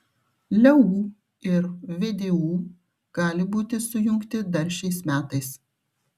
leu ir vdu gali būti sujungti dar šiais metais